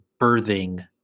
birthing